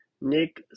Nick